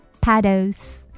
paddles